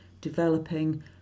developing